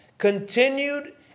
continued